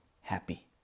happy